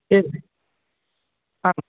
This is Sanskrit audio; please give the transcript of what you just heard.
एवम् आम्